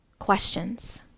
Questions